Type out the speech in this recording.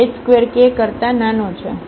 આ h2 k કરતા નાનો છે